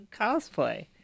cosplay